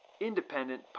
independent